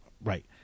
Right